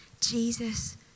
Jesus